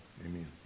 Amen